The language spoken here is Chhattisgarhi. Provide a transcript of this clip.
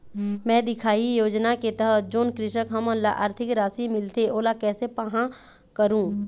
मैं दिखाही योजना के तहत जोन कृषक हमन ला आरथिक राशि मिलथे ओला कैसे पाहां करूं?